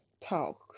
talk